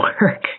work